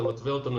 ואתה מתווה אותם,